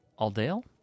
Aldale